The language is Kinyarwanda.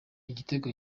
igitego